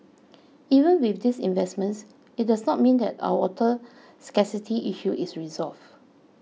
even with these investments it does not mean that our water scarcity issue is resolved